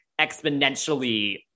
exponentially